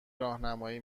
راهنمایی